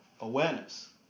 awareness